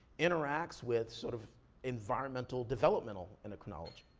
interacts with, sort of environmental developmental endocrinology.